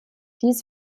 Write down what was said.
dies